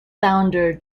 founder